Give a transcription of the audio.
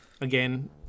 again